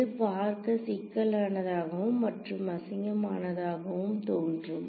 இது பார்க்க சிக்கலானதாகவும் மற்றும் அசிங்கமானதாகவும் தோன்றும்